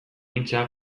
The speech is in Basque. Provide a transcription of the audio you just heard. hitza